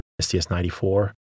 STS-94